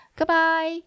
Goodbye